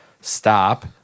stop